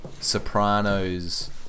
Sopranos